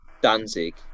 Danzig